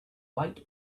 white